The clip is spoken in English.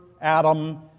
Adam